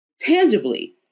tangibly